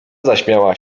zaśmiała